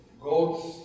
goat's